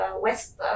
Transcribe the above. west